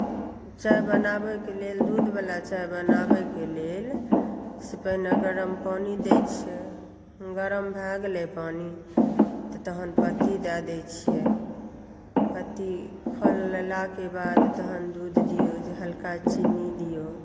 चाय बनाबयके लेल दूध वाला चाय बनाबयके लेल सबसे पहिने गरम पानि देइ छै गरम भए गेलै पानि तहन पत्ती दए दै छियै पत्ती खौलयलाके बाद तहन दूध दिऔ हल्का चीनी दिऔ